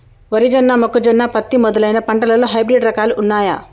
వరి జొన్న మొక్కజొన్న పత్తి మొదలైన పంటలలో హైబ్రిడ్ రకాలు ఉన్నయా?